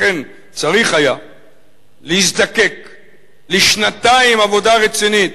לכן צריך היה להזדקק לשנתיים עבודה רצינית